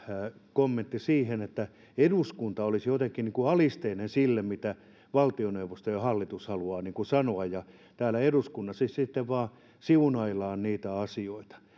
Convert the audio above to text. kommentti että eduskunta olisi jotenkin niin kuin alisteinen sille mitä valtioneuvosto ja hallitus haluaa sanoa ja täällä eduskunnassa sitten vain siunaillaan niitä asioita